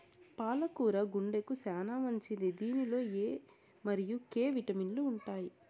పాల కూర గుండెకు చానా మంచిది దీనిలో ఎ మరియు కే విటమిన్లు ఉంటాయి